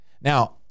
Now